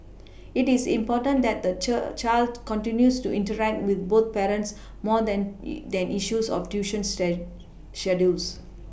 it is important that the child continues to interact with both parents more than than issues of tuition schedules